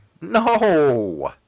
No